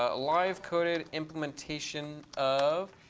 ah live coded implementation of,